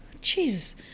Jesus